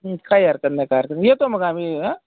काही हरकत नाही काय हरकत येतो मग आम्ही आं